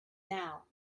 now